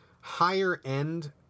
higher-end